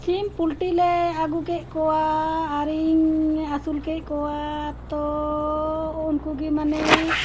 ᱥᱤᱢ ᱯᱚᱞᱴᱤᱞᱮ ᱟᱹᱜᱩ ᱠᱮᱫ ᱠᱚᱣᱟ ᱟᱹᱨᱤᱧ ᱟᱹᱥᱩᱞ ᱠᱮᱫ ᱠᱚᱣᱟ ᱛᱚ ᱩᱱᱠᱩ ᱜᱮ ᱢᱟᱱᱮ